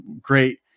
great